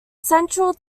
central